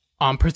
on